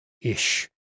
Ish